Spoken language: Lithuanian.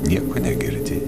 nieko negirdi